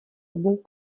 obou